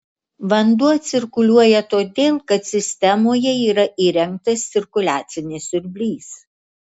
vanduo cirkuliuoja todėl kad sistemoje yra įrengtas cirkuliacinis siurblys